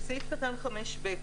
בסעיף קטן (5)(ב),